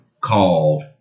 called